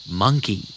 monkey